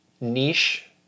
niche